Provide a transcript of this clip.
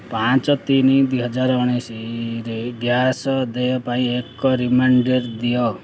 ପାଞ୍ଚ ତିନି ଦୁଇ ହଜାର ଉଣେଇଶରେ ଗ୍ୟାସ୍ ଦେୟ ପାଇଁ ଏକ ରିମାଇଣ୍ଡର୍ ଦିଅ